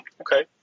Okay